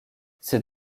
ces